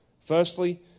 Firstly